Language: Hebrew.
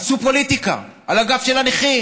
עשו פוליטיקה על הגב של הנכים.